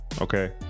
Okay